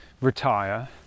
retire